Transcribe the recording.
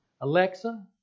Alexa